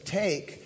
take